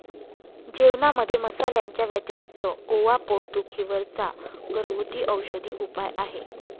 जेवणामध्ये मसाल्यांच्या व्यतिरिक्त ओवा पोट दुखी वर चा घरगुती औषधी उपाय आहे